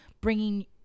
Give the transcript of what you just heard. bringing